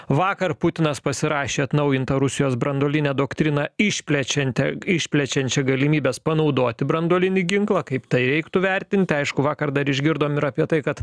vakar putinas pasirašė atnaujintą rusijos branduolinę doktriną išplečiantią išplečiančią galimybes panaudoti branduolinį ginklą kaip tai reiktų vertint aišku vakar dar išgirdom ir apie tai kad